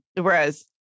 Whereas